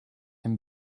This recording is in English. him